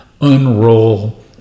unroll